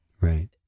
Right